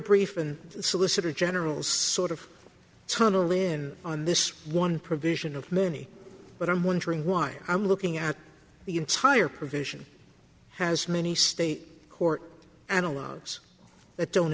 brief in the solicitor general sort of tunnel in on this one provision of many but i'm wondering why i'm looking at the entire provision has many state court analogues that don't